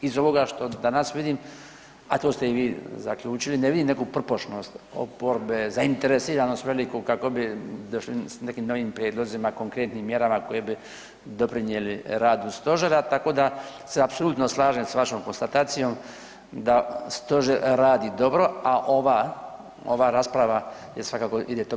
Iz ovoga što danas vidim, a to ste i vi zaključili, ne vidim neku prpošnost oporbe, zainteresiranost veliku kako bi s nekim novim prijedlozima, konkretnim mjerama koje bi doprinijeli radu stožera, tako da se apsolutno slažem s vašom konstatacijom, da stožer radi dobro a ova rasprava svakako ide u prilog.